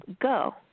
go